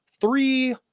three